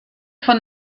von